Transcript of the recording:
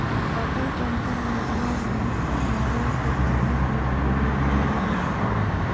Atal pension योजना में अठारह से चालीस वर्ष के लोग शामिल हो सको हइ